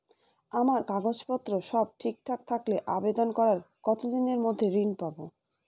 আমার কাগজ পত্র সব ঠিকঠাক থাকলে আবেদন করার কতদিনের মধ্যে ঋণ পাব?